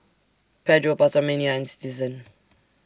Pedro PastaMania and Citizen